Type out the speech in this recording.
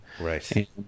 Right